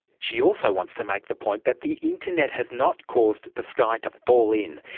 she also wants to make the point that the internet has not caused the sky to fall in.